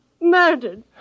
Murdered